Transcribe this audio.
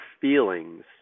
feelings